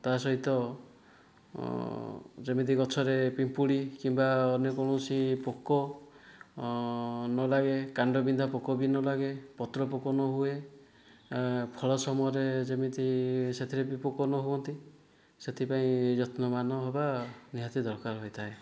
ତା' ସହିତ ଯେମିତି ଗଛରେ ପିମ୍ପୁଡ଼ି କିମ୍ବା ଅନ୍ୟ କୌଣସି ପୋକ ନଲାଗେ କାଣ୍ଡବିନ୍ଧା ପୋକ ବି ନଲାଗେ ପତ୍ରପୋକ ନହୁଏ ଫଳ ସମୟରେ ଯେମିତି ସେଥିରେ ବି ପୋକ ନହୁଅନ୍ତି ସେଥିପାଇଁ ଯତ୍ନବାନ ହେବା ନିହାତି ଦରକାର ହୋଇଥାଏ